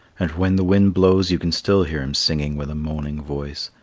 and when the wind blows you can still hear him singing with a moaning voice,